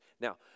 Now